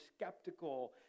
skeptical